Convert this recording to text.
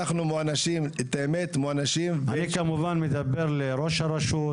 אנחנו מוענשים --- אני כמובן מדבר לראש הרשות,